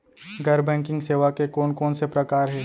गैर बैंकिंग सेवा के कोन कोन से प्रकार हे?